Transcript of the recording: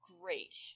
great